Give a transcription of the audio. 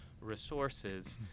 resources